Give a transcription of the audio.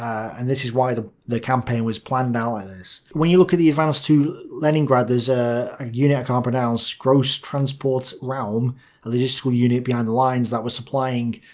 and this is why the the campaign was planned. ah and when you look at the advance to leningrad there's a unit i can't pronounce, grosstransportraum, a logistical unit behind the lines that was supplying,